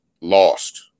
lost